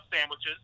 Sandwiches